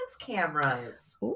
cameras